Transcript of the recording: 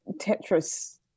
Tetris